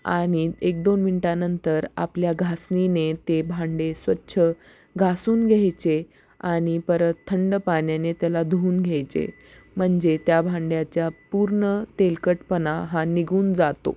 आणि एक दोन मिनटानंतर आपल्या घासणीने ते भांडे स्वच्छ घासून घ्यायचे आणि परत थंड पाण्याने त्याला धुवून घ्यायचे म्हणजे त्या भांड्याचा पूर्ण तेलकटपणा हा निघून जातो